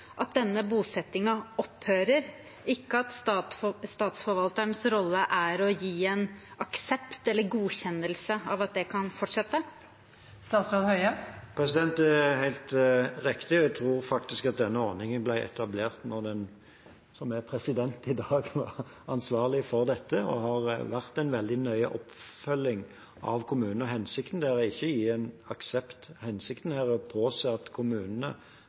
at denne bosettingen opphører, ikke at statsforvalternes rolle er å gi en aksept for eller godkjennelse av at det kan fortsette? Det er helt riktig. Jeg tror faktisk at denne ordningen ble etablert da hun som er president nå, var ansvarlig for dette, og det har vært en veldig nøye oppfølging av kommunene. Hensikten der er ikke å gi en aksept, hensikten er å påse at kommunene